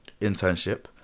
internship